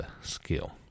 skill